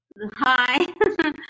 hi